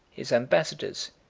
his ambassadors,